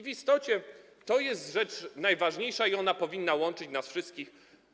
W istocie to jest rzecz najważniejsza i ona powinna łączyć nas wszystkich.